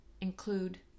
include